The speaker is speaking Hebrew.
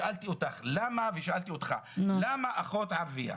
שאלתי אותך למה ושאלתי אותך למה אחות ערבייה